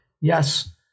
Yes